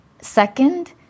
Second